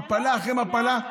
מפלה אחרי מפלה,